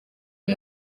uyu